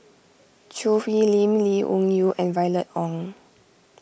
Choo Hwee Lim Lee Wung Yew and Violet Oon